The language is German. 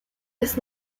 des